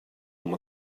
amb